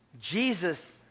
Jesus